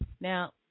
Now